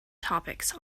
topics